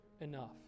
enough